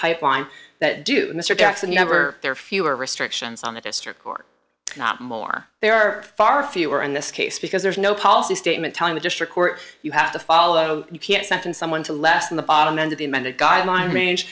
pipeline that do mr jackson never there are fewer restrictions on the district court not more there are far fewer in this case because there's no policy statement telling the district court you have to follow you can't send someone to lessen the bottom end of the amended guideline range